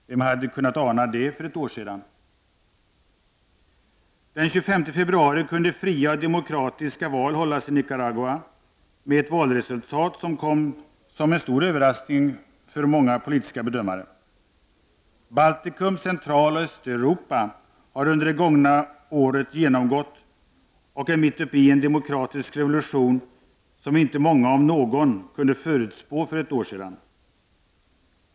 Vem hade kunnat ana det för ett år sedan? Den 25 februari kunde fria och demokratiska val hållas i Nicaragua med ett valresultat som kom som en stor överraskning för många politiska bedömare. Baltikum, Centraloch Östeuropa har under det gångna året genomgått och är mitt i en demokratisk revolution som inte många, om någon, kunde förutspå för ett år sedan.